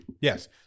Yes